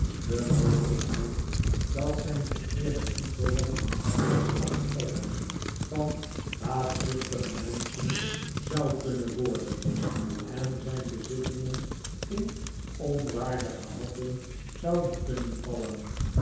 de mbgelijkheid dat zijn geeerde bloedverwant het slachtoffer van baatzuchtige menschen zou kunnen worden en zijn bezittingen in onwaardige handen zouden kunnen vallen